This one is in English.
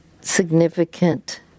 significant